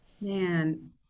Man